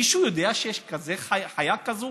מישהו יודע שיש חיה כזו?